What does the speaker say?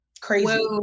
crazy